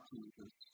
Jesus